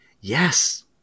yes